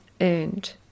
earned